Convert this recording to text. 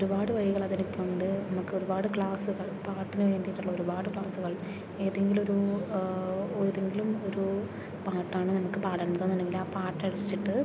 ഒരുപാട് വഴികൾ അതിന് ഇപ്പോൾ ഉണ്ട് നമ്മൾക്ക് ഒരുപാട് ക്ലാസുകൾ പാട്ടിനു വേണ്ടിയിട്ടുള്ള ഒരുപാട് ക്ലാസുകൾ ഏതെങ്കിലുമൊരു ഏതെങ്കിലും ഒരു പാട്ടാണ് നമുക്ക് പാടേണ്ടത് എന്നുണ്ടെങ്കിൽ ആ പാട്ട് അടിച്ചിട്ട്